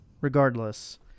Regardless